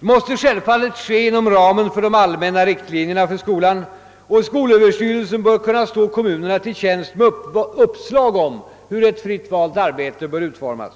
Det måste självfallet ske inom ramen för de allmänna riktlinjerna för skolan, och skolöverstyrelsen bör kunna stå kommunerna till tjänst med uppslag om hur ett fritt valt arbete bör utformas.